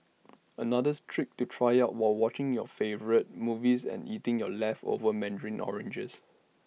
another's trick to try out while watching your favourite movies and eating your leftover Mandarin oranges